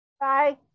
Bye